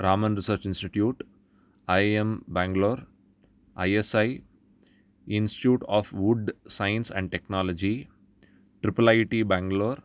Raman research institute I A M Bengaluru I S I institute of wood science and technology triple I T Bengaluru